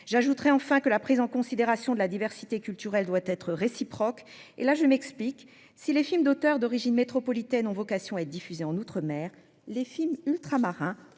J'ajouterai enfin que la prise en considération de la diversité culturelle doit être réciproque. Et là je m'explique. Si les films d'auteur d'origine métropolitaine ont vocation à être diffusée en outre-mer les films ultramarins